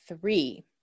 three